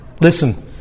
Listen